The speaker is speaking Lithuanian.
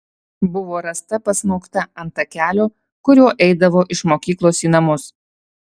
buvo rasta pasmaugta ant takelio kuriuo eidavo iš mokyklos į namus